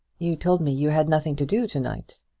you told me you had nothing to do to-night.